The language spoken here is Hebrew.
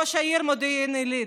ראש העיר מודיעין עילית,